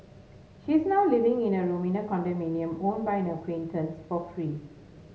she is now living in a room in a condominium owned by an acquaintance for free